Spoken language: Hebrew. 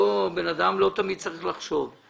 בן אדם לא תמיד צריך לחשוב.